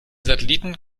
satelliten